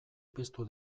piztu